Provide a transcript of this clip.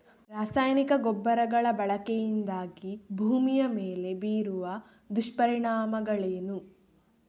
ರಾಸಾಯನಿಕ ಗೊಬ್ಬರಗಳ ಬಳಕೆಯಿಂದಾಗಿ ಭೂಮಿಯ ಮೇಲೆ ಬೀರುವ ದುಷ್ಪರಿಣಾಮಗಳೇನು?